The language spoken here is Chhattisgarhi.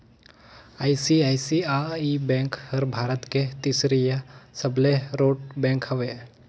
आई.सी.आई.सी.आई बेंक हर भारत के तीसरईया सबले रोट बेंक हवे